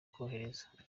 kohereza